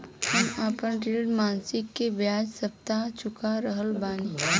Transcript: हम आपन ऋण मासिक के बजाय साप्ताहिक चुका रहल बानी